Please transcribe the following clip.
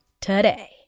today